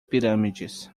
pirâmides